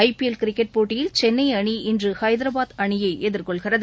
IPL cricket போட்டியில் சென்னைஅணி இன்றுஹைதராபாத் அணியைஎதிர்கொள்கிறது